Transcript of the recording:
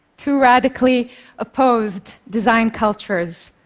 two radically opposed design cultures.